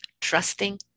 trusting